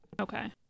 Okay